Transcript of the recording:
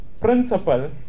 principal